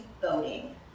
boating